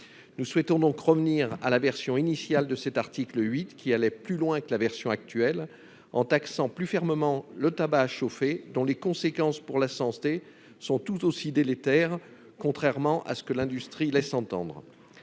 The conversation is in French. Nous souhaitons donc revenir à la version initiale de l'article 8, qui allait plus loin que la version actuelle, en taxant plus fermement le tabac chauffé, dont les conséquences pour la santé sont tout aussi délétères, contrairement à ce que l'industrie laisse entendre.